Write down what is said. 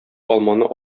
алманы